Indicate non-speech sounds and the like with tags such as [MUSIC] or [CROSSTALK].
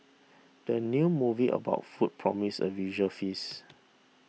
the new movie about food promises a visual feast [NOISE]